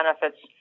benefits